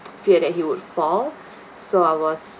fear that he would fall so I was